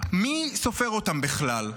מי סופר אותם בכלל?